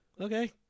okay